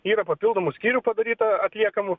yra papildomų skyrių padaryta atliekamų